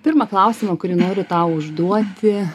pirmą klausimą kurį noriu tau užduoti